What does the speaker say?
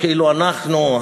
שכאילו אנחנו,